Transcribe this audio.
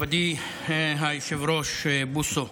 מכובדי היושב-ראש בוסו,